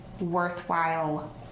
worthwhile